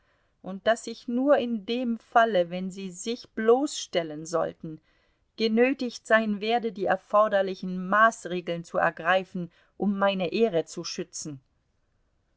und daß ich nur in dem falle wenn sie sich bloßstellen sollten genötigt sein werde die erforderlichen maßregeln zu ergreifen um meine ehre zu schützen